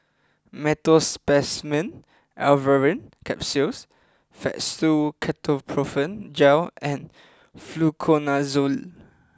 Meteospasmyl Alverine Capsules Fastum Ketoprofen Gel and Fluconazole